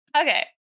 Okay